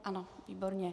Ano, výborně.